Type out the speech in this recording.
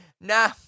nah